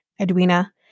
Edwina